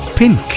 Pink